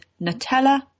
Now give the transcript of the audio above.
Nutella